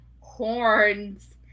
horns